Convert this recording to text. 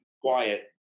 quiet